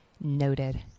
Noted